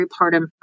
peripartum